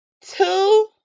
two